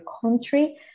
country